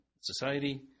society